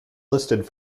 listed